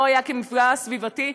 לא היה כמפגע סביבתי,